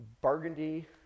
burgundy